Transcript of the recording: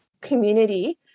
community